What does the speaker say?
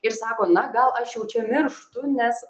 ir sako na gal aš jau čia mirštu nes